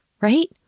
right